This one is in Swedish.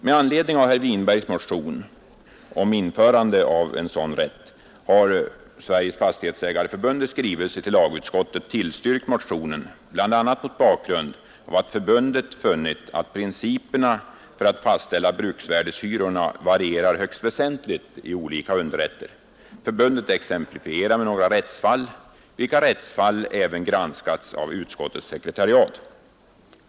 Med anledning av herr Winbergs motion om införande av en fullföljdsrätt har Sveriges fastighetsägareförbund i skrivelse till lagutskottet tillstyrkt motionen, bl.a. mot bakgrund av att förbundet funnit att principerna för att fastställa bruksvärdeshyrorna varierar högst väsentligt i olika underrätter. Förbundet exemplifierar med några rättsfall, vilka även granskats av utskottets sekretariat.